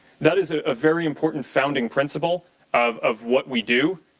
that is a ah very important founding principle of of what we do.